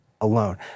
alone